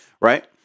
Right